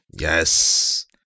Yes